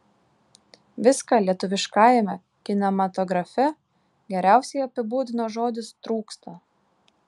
viską lietuviškajame kinematografe geriausiai apibūdina žodis trūksta